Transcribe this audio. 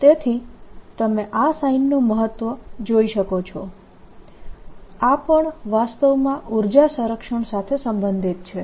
તેથી તમે આ સાઈનનું મહત્વ જોઈ શકો છો આ પણ વાસ્તવમાં ઊર્જા સંરક્ષણ સાથે સંબંધિત છે